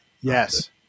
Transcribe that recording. Yes